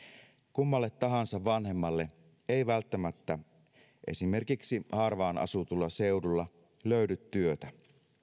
kummalle tahansa vanhemmalle ei välttämättä esimerkiksi harvaan asutulla seudulla löydy työtä